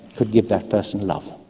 could give that person love.